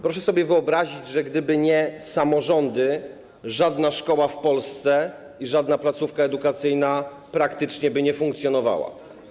Proszę sobie wyobrazić, że gdyby nie samorządy, żadna szkoła w Polsce ani żadna placówka edukacyjna praktycznie by nie funkcjonowała.